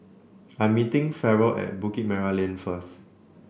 I am meeting Ferrell at Bukit Merah Lane first